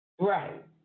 Right